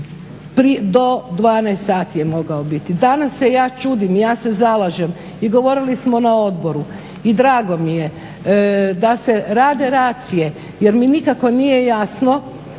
vani, do 12 sati je mogao biti. Danas se ja čudim i ja se zalažem i govorili smo na odboru, i drago mi je da se rade racije jer mi nikako nije jasno